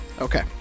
Okay